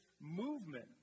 movement